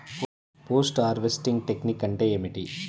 Post harvesting technique అంటే ఏమిటీ?